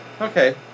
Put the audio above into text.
okay